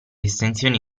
estensioni